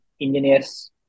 engineers